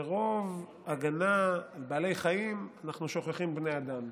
מרוב הגנה על בעלי חיים, אנחנו שוכחים בני אדם.